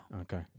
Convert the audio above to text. Okay